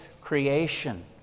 creation